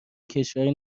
کشوری